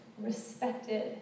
respected